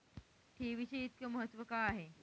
ठेवीचे इतके महत्व का आहे?